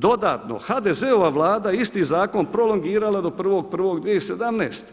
Dodatno, HDZ-ova vlada isti zakon prolongirala do 1.1.2017.